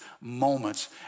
moments